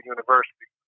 University